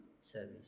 service